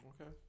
Okay